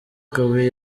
kabuye